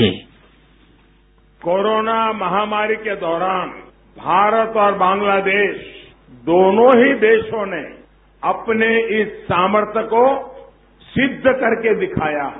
bite corona महामारी के दौरान भारत और बांग्लादेश दोनो ही देशों ने अपने इस सामर्थ्य को सिद्ध करके दिखाया है